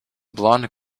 blonde